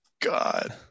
god